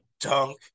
dunk